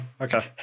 Okay